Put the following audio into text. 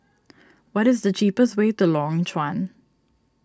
what is the cheapest way to Lorong Chuan